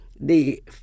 the